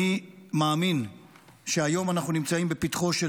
אני מאמין שהיום אנחנו נמצאים בפתחו של